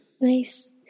Nice